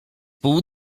pół